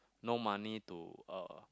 no money to uh